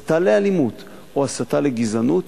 הסתה לאלימות או הסתה לגזענות,